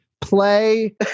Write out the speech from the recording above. play